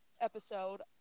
episode